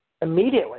immediately